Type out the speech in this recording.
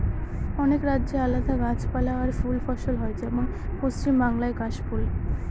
অনেক রাজ্যে আলাদা গাছপালা আর ফুল ফসল হয় যেমন পশ্চিম বাংলায় কাশ ফুল